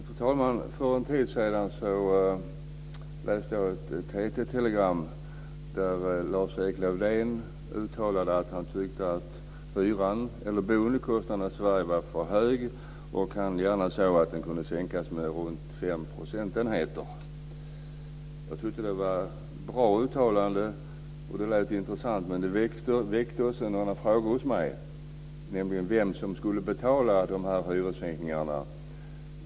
Fru talman! För en tid sedan läste jag ett TT telegram där Lars-Erik Lövdén uttalade att han tyckte att boendekostnaden i Sverige var för hög och att han gärna såg att den kunde sänkas med runt fem procentenheter. Jag tyckte att det var ett bra uttalande. Det lät intressant, men det väckte också några frågor hos mig, nämligen vem som skulle betala hyressänkningarna.